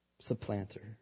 Supplanter